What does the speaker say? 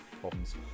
problems